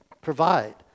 provide